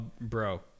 Bro